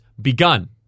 begun